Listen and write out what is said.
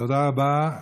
תודה רבה.